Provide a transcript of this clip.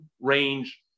range